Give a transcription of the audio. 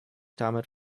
damit